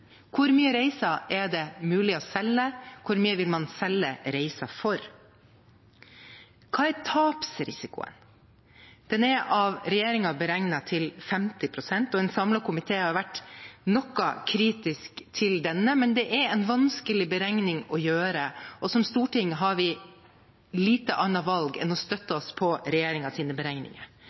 hvor mange reiser det er mulig å selge, hvor mye man vil selge reiser for, og hva tapsrisikoen er. Den er av regjeringen beregnet til 50 pst. En samlet komité har vært noe kritisk til denne, men det er en vanskelig beregning å gjøre, og som storting har vi få andre valg enn å støtte oss på regjeringens beregninger.